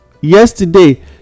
yesterday